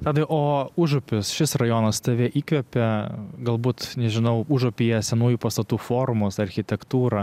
tadai o užupis šis rajonas tave įkvepia galbūt nežinau užupyje senųjų pastatų formos architektūra